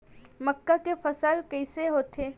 मक्का के फसल कइसे होथे?